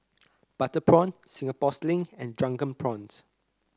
Butter Prawn Singapore Sling and Drunken Prawns